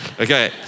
Okay